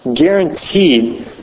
Guaranteed